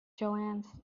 johannes